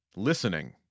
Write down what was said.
Listening